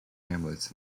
hamlets